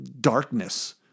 darkness